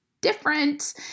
different